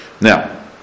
Now